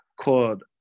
called